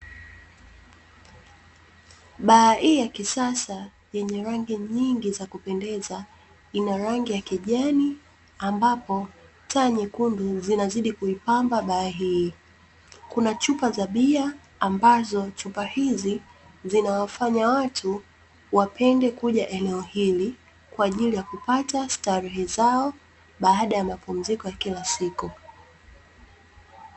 Baa hii ya kisasa yenye rangi nyingi za kupendeza, ina rangi ya kijani ambapo taa nyekundu zinazidi kuipamba baa hii. Kuna chupa za bia ambazo chupa hizi zinawafanya watu wapende kuja eneo hili, kwa ajili ya kupata starehe zao baada ya mapumziko ya kila siku.